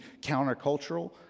countercultural